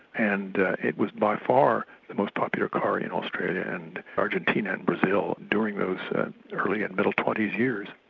and it was by far the most popular car in australia and argentina and brazil during those early and middle twenty s years.